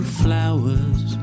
flowers